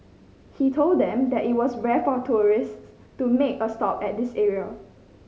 he told them that it was rare for tourists to make a stop at this area